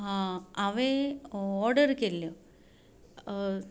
हांवे ऑर्डर केल्ली